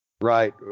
Right